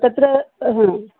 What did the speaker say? तत्र हा